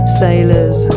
sailors